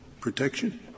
protection